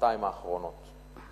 בשנתיים האחרונות,